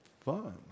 fun